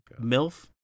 MILF